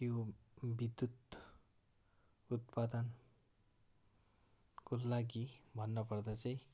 यो विद्युत उत्पादनको लागि भन्नुपर्दा चाहिँ